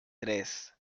tres